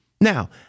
Now